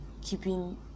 keeping